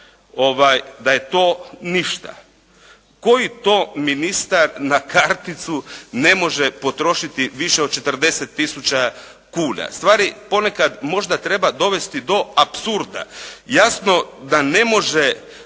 da je to ništa. Koji to ministar na karticu ne može potrošiti više od 40 tisuća kuna? Stvari ponekad možda treba dovesti do apsurda. Jasno da ne može